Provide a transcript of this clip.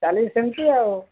ଚାଲିଛି ସେମିତି ଆଉ